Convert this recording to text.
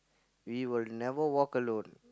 we will never walk alone